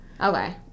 Okay